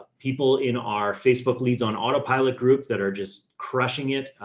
people in our facebook leads on autopilot group that are just crushing it.